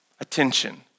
Attention